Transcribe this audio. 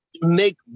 make